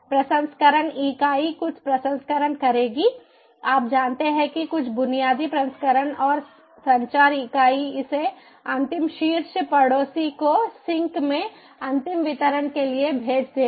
प्रसंस्करण इकाई कुछ प्रसंस्करण करेगी आप जानते हैं कि कुछ बुनियादी प्रसंस्करण और संचार इकाई इसे अंतिम शीर्ष पड़ोसी को सिंक में अंतिम वितरण के लिए भेज देगी